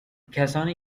کسانی